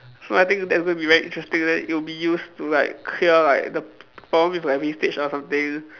so I think that's going to be very interesting then it'll be used to like clear like the p~ problem with like wastage or something